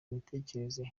imitekerereze